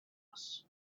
toss